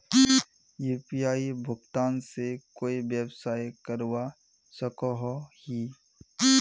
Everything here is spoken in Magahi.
यु.पी.आई भुगतान से कोई व्यवसाय करवा सकोहो ही?